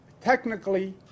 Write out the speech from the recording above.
Technically